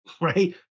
right